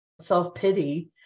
self-pity